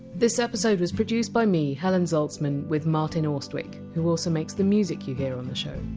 this episode was produced by me, helen zaltzman, with martin austwick, who also makes the music you hear on the show.